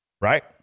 right